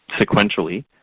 Sequentially